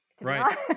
Right